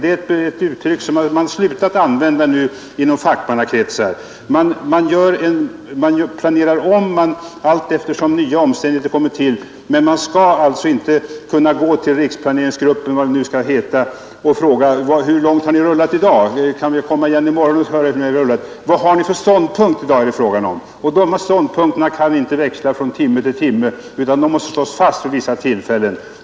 Det är ett uttryck som man inom fackmannakretsar har slutat att använda. Man omprövar sin plan allt efter som nya omständigheter kommer till. Man skall inte gå till riksplaneringsgruppen eller vad den nu skall heta och fråga: Hur långt har ni rullat i dag? Kan vi komma igen i morgon och fråga hur långt ni har rullat? Vad har ni för ståndpunkt i dag? Ståndpunkterna kan inte växla från timme till timme, utan de måste slås fast vid vissa tillfällen.